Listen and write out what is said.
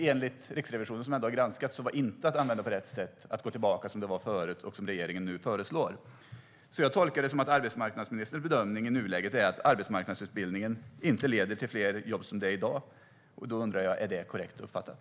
Enligt Riksrevisionen, som ändå har granskat, var det inte att använda på rätt sätt att gå tillbaka till det som var förut och som regeringen nu föreslår. Jag tolkar det som att arbetsmarknadsministerns bedömning i nuläget är att arbetsmarknadsutbildningen inte leder till fler jobb som det är i dag. Är det korrekt uppfattat?